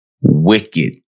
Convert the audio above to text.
wicked